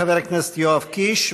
חבר הכנסת יואב קיש,